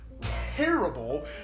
terrible